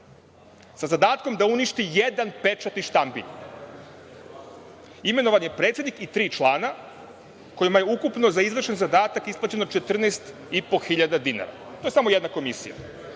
sa zadatkom da uništi jedan pečat i štambilj. Imenovan je predsednik i tri člana kojima je ukupno za izvršen zadatak isplaćeno 14.500 dinara. To je samo jedna komisija.